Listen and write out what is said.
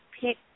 pick